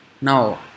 Now